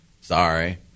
Sorry